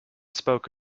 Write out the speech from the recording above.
spoke